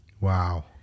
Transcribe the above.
Wow